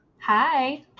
hi